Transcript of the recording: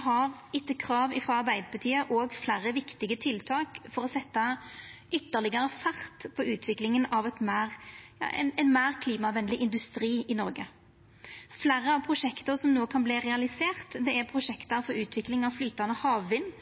har etter krav frå Arbeidarpartiet òg fleire viktige tiltak for å setja ytterlegare fart på utviklinga av ein meir klimavenleg industri i Noreg. Fleire av prosjekta som no kan verta realiserte, er prosjekt for utvikling av flytande havvind